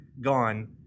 gone